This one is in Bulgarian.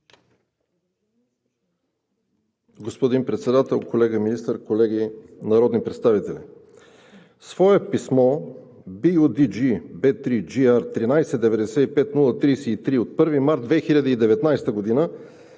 Господин Председател, колега Министър, колеги народни представители! В свое писмо BUDG/B3/GR1395033 от 1 март 2019 г.